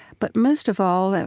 but most of all, and